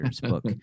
book